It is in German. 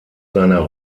seiner